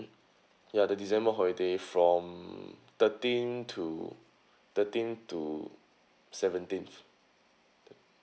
mm ya the december holiday from thirteenth to thirteenth to seventeenth